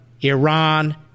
Iran